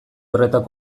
horretan